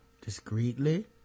discreetly